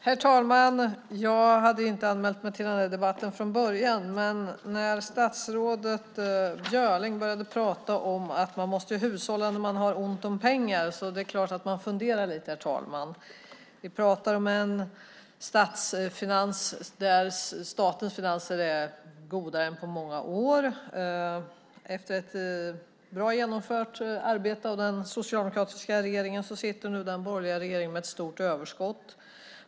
Herr talman! Jag hade inte anmält mig till den här debatten från början, men när statsrådet Björling börjar prata om att man måste hushålla när man har ont om pengar är det klart att jag funderar lite. Statens finanser är godare än på många år. Efter ett bra genomfört arbete av den socialdemokratiska regeringen sitter nu den borgerliga regeringen med ett stort överskott.